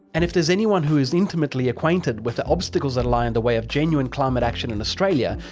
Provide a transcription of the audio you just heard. and if there's anyone who is intimately acquainted with the obstacles that lie in the way of genuine climate action in australia,